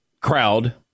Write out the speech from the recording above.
crowd